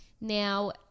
Now